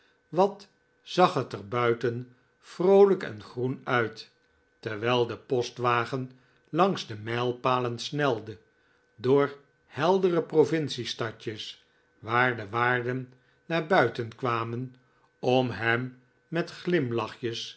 wat zag het er buiten vroolijk en groen uit terwijl de postwagen langs de mijlpalen snelde door heldere provincie stadjes waar de waarden naar buiten kwamen om hem met glimlachjes